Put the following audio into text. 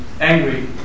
angry